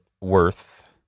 Worth